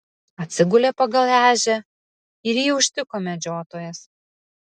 atsigulė pagal ežią ir jį užtiko medžiotojas